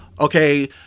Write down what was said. okay